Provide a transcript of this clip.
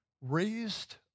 raised